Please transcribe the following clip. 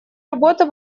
работу